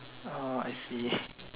oh I see